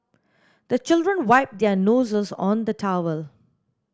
the children wipe their noses on the towel